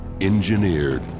Engineered